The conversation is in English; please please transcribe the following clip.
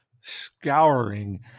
scouring